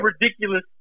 ridiculous